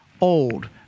old